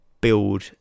build